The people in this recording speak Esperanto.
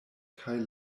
kaj